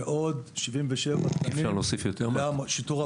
ועוד 77 תקנים לשיטור המועצתי.